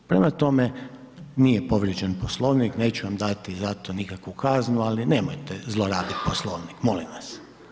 Prema tome, nije povrijeđen Poslovnik, neću vam dati za to nikakvu kaznu, ali nemojte zlorabiti Poslovnik molim vas.